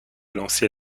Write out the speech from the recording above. lancé